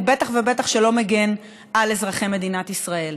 ובטח ובטח שלא מגן על אזרחי מדינת ישראל.